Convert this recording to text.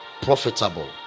profitable